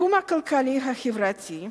בתחום הכלכלי-החברתי,